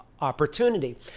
opportunity